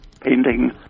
painting